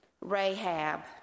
Rahab